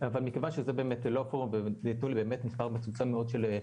אבל מכיוון שזה לא פה --- מספר מצומצם מאוד של,